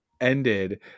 ended